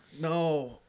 No